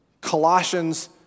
Colossians